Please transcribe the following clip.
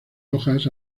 hojas